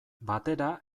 batera